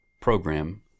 program